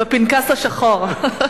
בפנקס השחור.